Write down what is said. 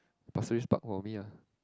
pasir-ris Park for me ah